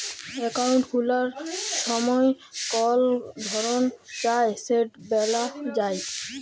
account খুলার ছময় কল ধরল চায় সেট ব্যলা যায়